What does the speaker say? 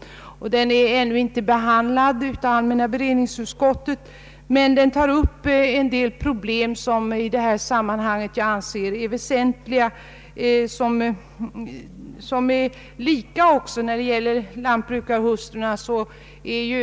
Den motionen är ännu inte behandlad av allmänna beredningsutskottet, men den tar upp en del problem som jag anser väsentliga i detta sammanhang. De problem som lantbrukarhustrurna möter är